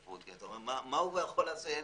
מה יכול לעשות?.